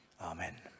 Amen